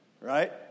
right